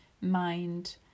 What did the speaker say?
mind